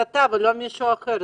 אתה ולא מישהו אחר.